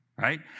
right